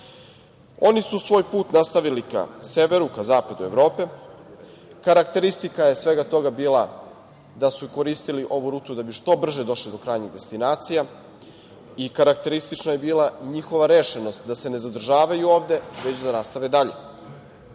Oni su svoj put nastavili ka severu, ka zapadu Evrope. Karakteristika je svega toga bila da su koristili ovu rutu da bi što brže došli do krajnjih destinacija. Karakteristična je bila njihova rešenost da se ne zadržavaju ovde, već da nastave dalje.U